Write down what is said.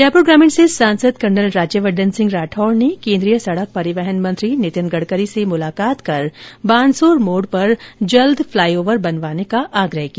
जयपुर ग्रामीण से सांसद कर्नल राज्यवर्धन सिंह राठौड़ ने केन्द्रीय सड़क परिवहन मंत्री नितिन गडकरी से मुलाकात कर बानसूर मोड़ पर शीघ्र फ्लाई ओवर बनवाने का आग्रह किया